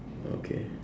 okay